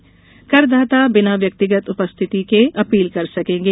करदाता बिना व्यक्तिगत उपस्थिति के अपील कर सकेंगे